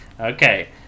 Okay